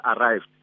arrived